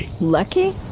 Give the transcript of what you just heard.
Lucky